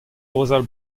kaozeal